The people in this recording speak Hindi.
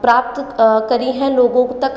प्राप्त करी है लोगों तक